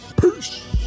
Peace